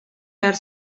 behar